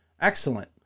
Excellent